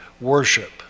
worship